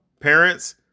parents